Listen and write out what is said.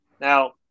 Now